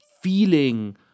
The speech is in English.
feeling